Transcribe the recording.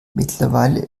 mittlerweile